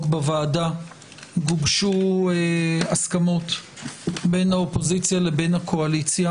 בוועדה הוגשו הסכמות בין האופוזיציה לבין הקואליציה